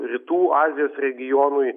rytų azijos regionui